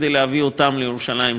כדי להביא אותם לירושלים,